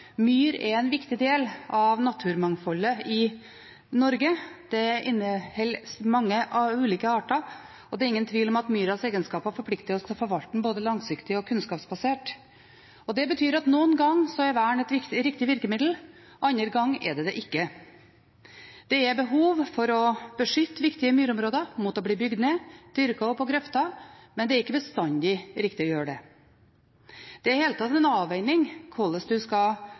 myr er en viktig del av naturmangfoldet i Norge. Den inneholder mange ulike arter, og det er ingen tvil om at myras egenskaper forplikter oss til å forvalte den både langsiktig og kunnskapsbasert. Det betyr at noen ganger er vern et riktig virkemiddel, andre ganger er det det ikke. Det er behov for å beskytte viktige myrområder mot å bli bygd ned, dyrket opp og grøftet, men det er ikke bestandig riktig å gjøre det. Det er i det hele tatt en avveining hvordan man skal